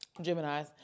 Gemini's